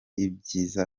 ibyiza